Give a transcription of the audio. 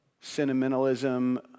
sentimentalism